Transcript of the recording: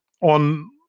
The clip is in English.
on